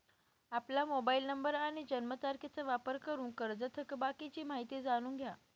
आपला mobile number आणि जन्मतारखेचा वापर करून कर्जत थकबाकीची माहिती जाणून घ्या